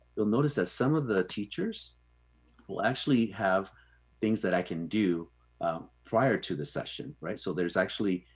you'll notice that some of the teachers will actually have things that i can do prior to the session, right? so there's actually,